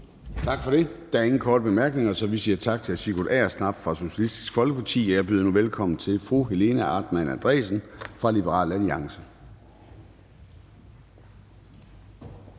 Tak for det. Der er ingen korte bemærkninger, så vi siger tak til hr. Sigurd Agersnap fra Socialistisk Folkeparti, og jeg byder nu velkommen til fru Helena Artmann Andresen fra Liberal Alliance.